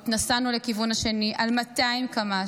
נסענו לכיוון השני על 200 קמ"ש,